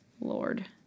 Lord